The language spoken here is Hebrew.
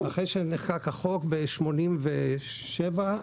אחרי שנחקק החוק בשנת 1987,